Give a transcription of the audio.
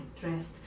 dressed